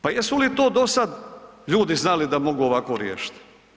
Pa jesu li to dosad ljudi znali da mogu ovako riješiti?